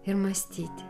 ir mąstyti